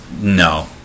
No